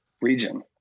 region